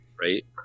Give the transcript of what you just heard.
right